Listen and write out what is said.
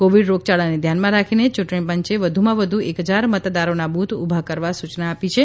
Covid રોગયાળાને ધ્યાનમાં રાખીને ચૂંટણી પંચે વધુમાં વધુ એક હજાર મતદારોના બૂથ ઉભા કરવા સુચના આપેલી છે